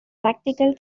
practical